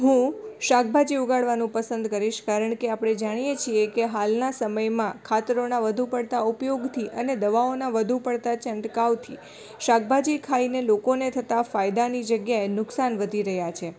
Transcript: હું શાકભાજી ઉગાડવાનું પસંદ કરીશ કારણ કે આપણે જાણીએ છીએ કે હાલના સમયમાં ખાતરોનાં વધુ પડતાં ઉપયોગથી અને દવાઓનાં વધુ પડતાં છંટકાવથી શાકભાજી ખાઇને લોકોને થતા ફાયદાની જગ્યાએ નુકસાન વધી રહ્યાં છે